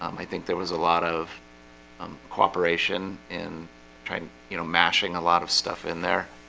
um i think there was a lot of um cooperation in trying to you know, mashing a lot of stuff in there